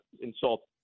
insult